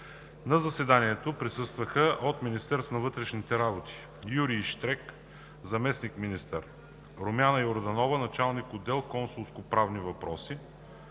На заседанието присъстваха от Министерството на външните работи: Юрий Щерк – заместник-министър, Румяна Йорданова – началник отдел „Консулско-правни въпроси,